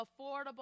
affordable